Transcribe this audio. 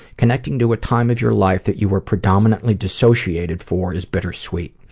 connecting to a time of your life that you were predominantly dissociated for is bittersweet.